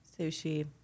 sushi